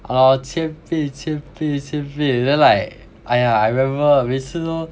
oh 千倍千倍千倍 then like !aiya! I remember 每次都